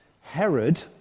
Herod